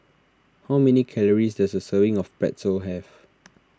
how many calories does a serving of Pretzel have